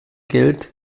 geld